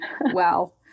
Wow